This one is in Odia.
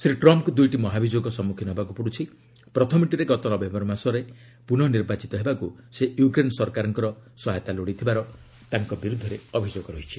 ଶ୍ରୀ ଟ୍ରମ୍ଫ୍ଙ୍କୁ ଦୁଇଟି ମହାଭିଯୋଗର ସମ୍ମୁଖୀନ ହେବାକୁ ପଡୁଛି ପ୍ରଥମଟିରେ ଗତ ନଭେମ୍ବର ମାସରେ ପୁନଃ ନିର୍ବାଚିତ ହେବାକୁ ସେ ୟୁକ୍ରେନ ସରକାରଙ୍କର ସହାୟତା ଲୋଡ଼ିଥିବାର ତାଙ୍କ ବିରୁଦ୍ଧରେ ଅଭିଯୋଗ ରହିଛି